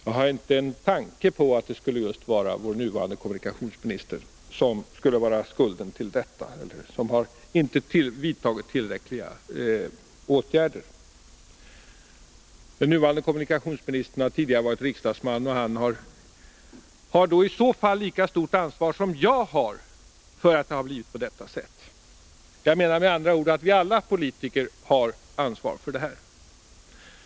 Jag har inte en tanke på att det skulle vara just vår nuvarande kommunikationsminister som skulle bära skulden till det här eller att han skulle vara den som inte vidtagit tillräckliga åtgärder. Den nuvarande kommunikationsministern har ju tidigare varit riksdagsman, och han har då lika stort ansvar som jag har för att det blivit på detta sätt. Jag menar med andra ord att vi alla politiker har ansvar för det här.